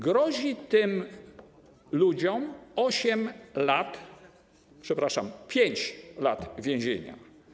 Grozi tym ludziom 8 lat, przepraszam, 5 lat więzienia.